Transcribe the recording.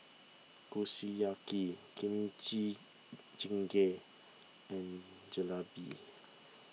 Kushiyaki Kimchi Jjigae and Jalebi